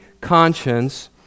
conscience